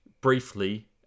briefly